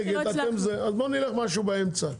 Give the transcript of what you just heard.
אז נלך על משהו באמצע.